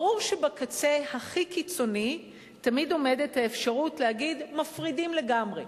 ברור שבקצה הכי קיצוני תמיד עומדת האפשרות להגיד: מפרידים לגמרי,